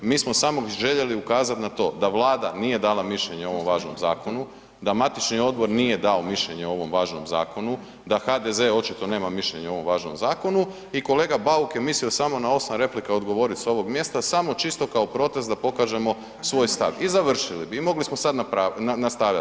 Mi smo samo željeli ukazati na to da Vlada nije dala mišljenje o ovom važnom zakonu, da matični odbor nije dao mišljenje o ovom važnom zakonu, da HDZ očito nema mišljenje o ovom važnom zakonu i kolega Bauk je mislio samo na osam replika odgovoriti s ovog mjesta samo čisto kao protest da pokažemo svoj stav i završili bi i mogli smo sada nastavljati.